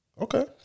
okay